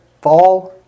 fall